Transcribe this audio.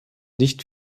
nicht